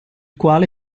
quale